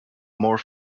more